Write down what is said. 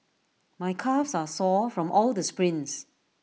my calves are sore from all the sprints